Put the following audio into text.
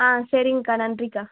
ஆ சரிங்கக்கா நன்றிக்கா